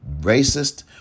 racist